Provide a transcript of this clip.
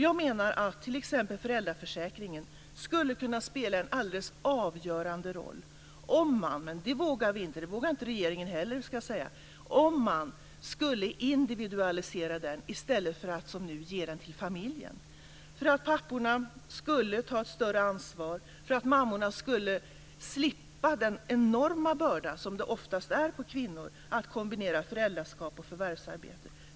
Jag menar att t.ex. föräldraförsäkringen skulle kunna spela en alldeles avgörande roll om den - vilket jag ska tillstå att inte heller regeringen vågar göra - skulle individualiseras i stället för att som nu gå till familjen. Det kunde ske för att papporna skulle ta ett större ansvar och för att mammorna skulle slippa den enorma börda som oftast ligger på kvinnor att kombinera föräldraskap och förvärvsarbete.